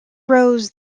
rose